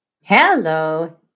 Hello